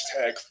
hashtag